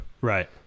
Right